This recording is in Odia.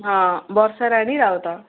ହଁ ବର୍ଷା ରାଣୀ ରାଉତ